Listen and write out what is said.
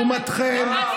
לעומתכם,